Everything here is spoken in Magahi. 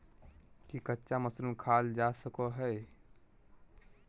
की कच्चा मशरूम खाल जा सको हय?